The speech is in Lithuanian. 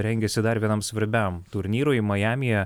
rengiasi dar vienam svarbiam turnyrui majamyje